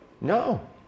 No